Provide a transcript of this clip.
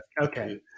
Okay